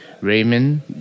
Raymond